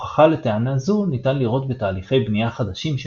הוכחה לטענה זו ניתן לראות בתהליכי בנייה חדשים של